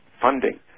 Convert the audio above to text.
funding